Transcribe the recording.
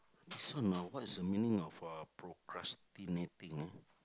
so now what is the meaning of uh procrastinating ah